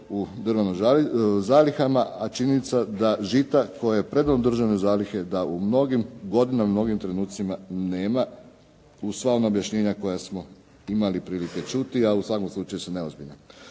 u državnim zalihama, a činjenica da žita koja je predano u državne zalihe da u mnogim …/Govornik se ne razumije./… nema uz sva ona objašnjenja koja smo imali prilike čuti a u svakom slučaju su neozbiljna.